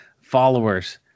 followers